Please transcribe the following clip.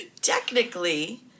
Technically